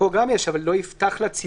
פה גם יש אבל "לא יפתח לציבור".